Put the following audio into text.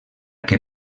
que